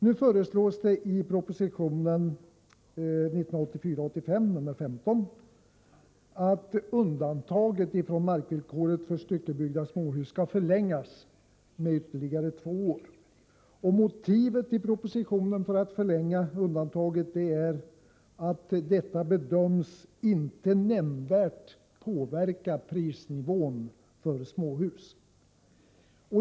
I proposition 1984/85:15 föreslås nu att undantaget från markvillkoret för styckebyggda småhus skall förlängas med ytterligare två år. Motivet i propositionen för att förlänga undantaget är att detta bedöms inte nämnvärt påverka prisnivån för småhus.